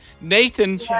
Nathan